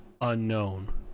unknown